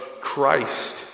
Christ